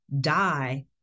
die